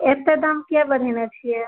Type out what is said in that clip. एतेक दाम किए बढ़ेने छियै